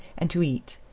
and to eat,